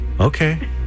Okay